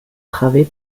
travée